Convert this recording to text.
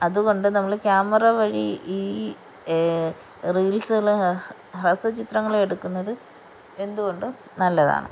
അതുകൊണ്ട് നമ്മൾ ക്യാമറ വഴി ഈ റീൽസുകൾ ഹ്രസ്വ ചിത്രങ്ങൾ എടുക്കുന്നത് എന്തുകൊണ്ടും നല്ലതാണ്